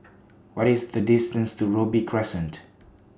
What IS The distance to Robey Crescent